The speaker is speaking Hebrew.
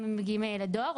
אם מגיעים לדואר,